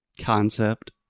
concept